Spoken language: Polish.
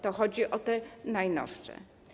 Tu chodzi o te najnowsze.